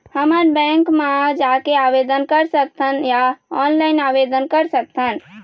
हमन बैंक मा जाके आवेदन कर सकथन या ऑनलाइन आवेदन कर सकथन?